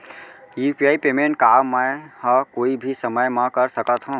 UPI payment का मैं ह कोई भी समय म कर सकत हो?